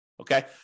okay